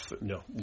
no